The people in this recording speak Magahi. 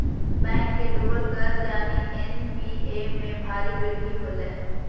बैंक के डूबल कर्ज यानि एन.पी.ए में भारी वृद्धि होलय